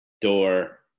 door